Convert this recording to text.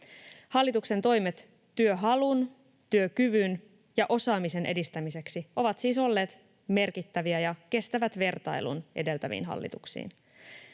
Hallituksen toimet työhalun, työkyvyn ja osaamisen edistämiseksi ovat siis olleet merkittäviä ja kestävät vertailun edeltäviin hallituksiin.